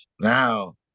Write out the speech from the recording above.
now